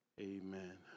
Amen